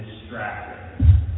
distracted